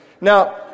Now